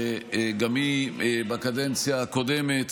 שגם היא בקדנציה הקודמת